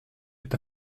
est